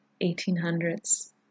1800s